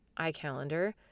iCalendar